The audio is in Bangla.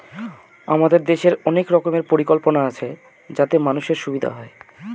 আমাদের দেশের অনেক রকমের পরিকল্পনা আছে যাতে মানুষের সুবিধা হয়